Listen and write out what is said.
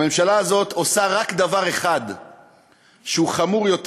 הממשלה הזו עושה רק דבר אחד שהוא חמור יותר